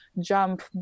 jump